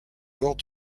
bord